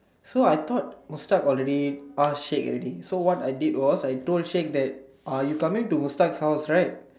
so I thought Mustak already ask Sheik already so what I did was I told Sheik that uh you coming to Mustak's house right